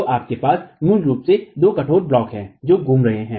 तो आपके पास मूल रूप से दो कठोर ब्लॉक हैं जो घूम रहे हैं